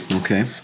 Okay